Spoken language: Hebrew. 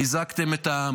חיזקתם את העם,